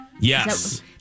Yes